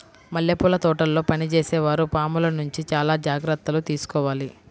మల్లెపూల తోటల్లో పనిచేసే వారు పాముల నుంచి చాలా జాగ్రత్తలు తీసుకోవాలి